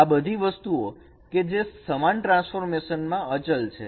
આ બધી વસ્તુઓ કેજે સમાન ટ્રાન્સફોર્મેશન માં અચલ છે